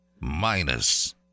minus